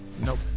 Nope